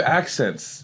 accents